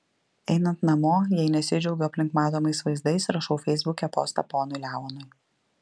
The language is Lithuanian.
einant namo jei nesidžiaugiu aplink matomais vaizdais rašau feisbuke postą ponui leonui